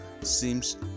seems